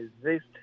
exist